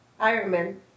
Ironman